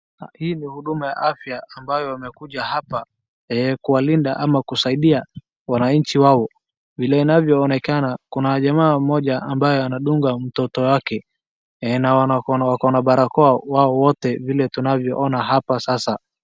Hii ni huduma ya afya ambayo imekuja hapa kuwalinda ama kusaidia wananchi wao vile inavyoonekana kuna jamaa mmoja ambaye anadunga mtoto wake na wako na barakoa wao wote vile tunavyoona hapa sasa.